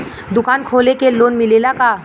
दुकान खोले के लोन मिलेला का?